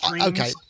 Okay